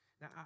Now